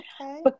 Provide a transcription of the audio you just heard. Okay